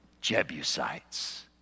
Jebusites